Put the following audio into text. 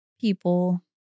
people